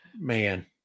man